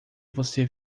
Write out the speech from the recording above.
você